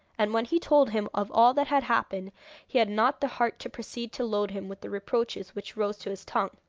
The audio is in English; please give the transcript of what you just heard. and when he told him of all that had happened he had not the heart to proceed to load him with the reproaches which rose to his tongue.